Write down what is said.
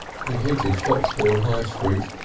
he hated foxbourne high street,